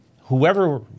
whoever